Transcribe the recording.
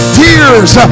tears